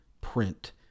print